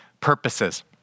purposes